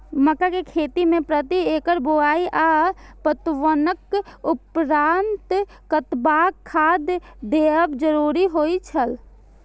मक्का के खेती में प्रति एकड़ बुआई आ पटवनक उपरांत कतबाक खाद देयब जरुरी होय छल?